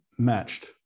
matched